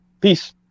peace